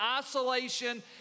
isolation